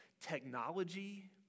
technology